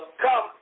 Come